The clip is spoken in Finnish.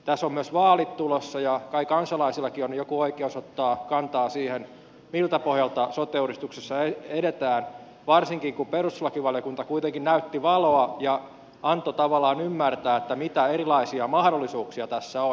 tässä on myös vaalit tulossa ja kai kansalaisillakin on joku oikeus ottaa kantaa siihen miltä pohjalta sote uudistuksessa edetään varsinkin kun perustuslakivaliokunta kuitenkin näytti valoa ja antoi tavallaan ymmärtää mitä erilaisia mahdollisuuksia tässä on